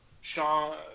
Sean